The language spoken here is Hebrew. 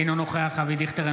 אינו נוכח אבי דיכטר,